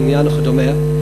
בניין וכדומה.